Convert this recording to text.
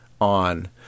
on